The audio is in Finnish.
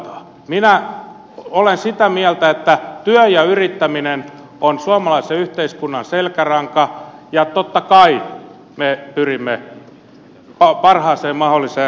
minä olen sitä mieltä että työ ja yrittäminen ovat suomalaisen yhteiskunnan selkäranka ja totta kai me pyrimme parhaaseen mahdolliseen ratkaisuun